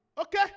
Okay